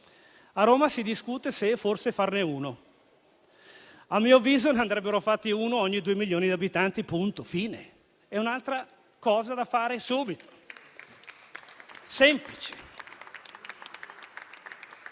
A Roma si discute se, forse, farne uno. A mio avviso ne andrebbe fatto uno ogni due milioni di abitanti: fine. È un'altra cosa da fare subito, semplice.